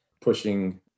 pushing